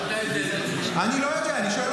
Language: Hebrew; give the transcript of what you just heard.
אתה יודע את